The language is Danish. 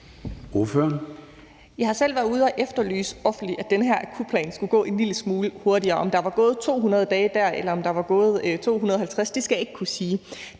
Jeg har selv været ude offentligt og efterlyse, at den her akutplan skulle gå en lille smule hurtigere. Om der var gået 200 dage der, eller om der var gået 250, skal jeg ikke kunne sige.